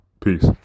Peace